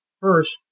First